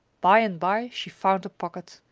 by and by she found a pocket.